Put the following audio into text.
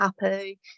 happy